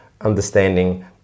understanding